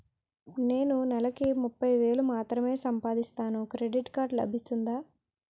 నేను నెల కి ముప్పై వేలు మాత్రమే సంపాదిస్తాను క్రెడిట్ కార్డ్ లభిస్తుందా?